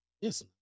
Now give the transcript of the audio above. Yes